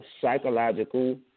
psychological